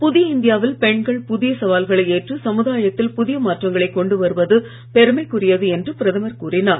புதிய இந்தியாவில் பெண்கள் புதிய சவால்களை ஏற்று சமுதாயத்தில் புதிய மாற்றங்களை கொண்டு வருவது பெருமைக்குரியது என்று பிரதமர் கூறினார்